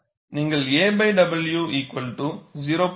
நீங்கள் a w 0